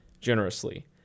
Generously